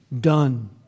Done